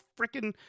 freaking